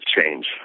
change